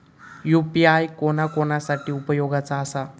UPI कोणा कोणा साठी उपयोगाचा आसा?